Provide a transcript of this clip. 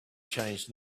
changed